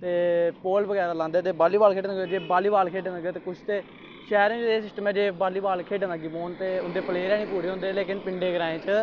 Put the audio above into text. ते पोल बगैरा लांदे ऐ ते बॉली बॉल लग्गी ते बॉली बॉल खेढन कुश ते शैह्रें च एह् स्सटम ऐ जे बॉली बॉल खेढन लग्गी पौन ते उं'दे पलेयर गै पूरे निं होंदे लेकिन पिंडें ग्राएं च